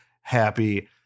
happy